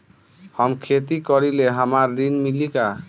हम खेती करीले हमरा ऋण मिली का?